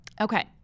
Okay